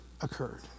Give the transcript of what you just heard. occurred